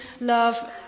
love